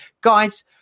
guys